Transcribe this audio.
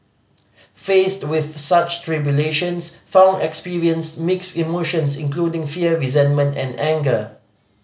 faced with such tribulations Thong experienced mixed emotions including fear resentment and anger